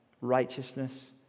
righteousness